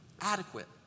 adequate